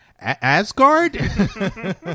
Asgard